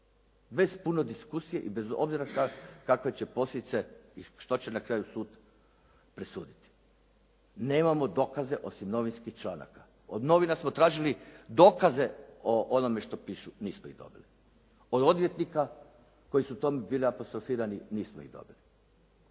Bez puno diskusije i bez obzira kakve će posljedice i što će na kraju sud presuditi. Nemamo dokaze osim novinskih članaka. Od novina smo tražili dokaze o onome što pišu. Nismo ih dobili. Od odvjetnika koji su tamo bili apostrofirani nismo ih dobili.